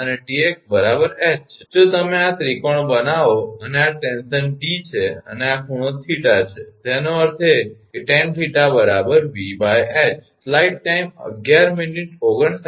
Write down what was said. અને 𝑇𝑥 𝐻 છે જો તમે આ ત્રિકોણ બનાવો અને આ ટેન્શન 𝑇 છે અને આ ખૂણો 𝜃 છે તેનો અર્થ છે tan𝜃 𝑉𝐻